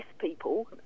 people